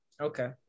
Okay